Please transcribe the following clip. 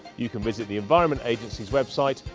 you can visit the environment agency's website,